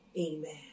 Amen